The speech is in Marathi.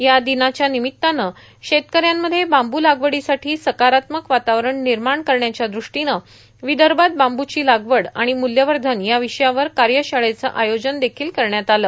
या दिनाच्या निमित्तानं शेतकऱ्यांमध्ये बांबू लागवडीसाठी सकारात्मक वातावरण निर्माण करण्याच्या द्रष्टीनं विदर्भात बांबूची लागवड आणि मुल्यवर्धन या विषयावर कार्यशाळेचं आयोजन देखील करण्यात आलं